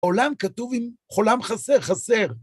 בוקר אור מה שלומכם והרי חדשות AI להבוקר